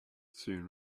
soon